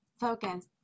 Focus